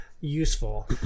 useful